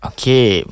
Okay